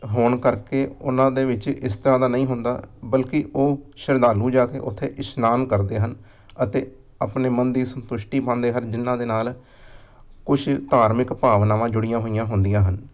ਹੋਣ ਕਰਕੇ ਉਹਨਾਂ ਦੇ ਵਿੱਚ ਇਸ ਤਰ੍ਹਾਂ ਦਾ ਨਹੀਂ ਹੁੰਦਾ ਬਲਕਿ ਉਹ ਸ਼ਰਧਾਲੂ ਜਾ ਕੇ ਉੱਥੇ ਇਸ਼ਨਾਨ ਕਰਦੇ ਹਨ ਅਤੇ ਆਪਣੇ ਮਨ ਦੀ ਸੰਤੁਸ਼ਟੀ ਪਾਉਂਦੇ ਹਨ ਜਿਨ੍ਹਾਂ ਦੇ ਨਾਲ ਕੁਛ ਧਾਰਮਿਕ ਭਾਵਨਾਵਾਂ ਜੁੜੀਆਂ ਹੋਈਆਂ ਹੁੰਦੀਆਂ ਹਨ